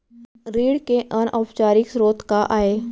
ऋण के अनौपचारिक स्रोत का आय?